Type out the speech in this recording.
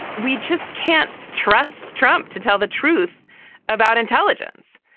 we just can't trust trump to tell the truth about intelligence.